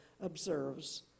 observes